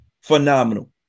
phenomenal